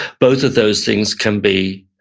both of those things can be,